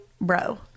bro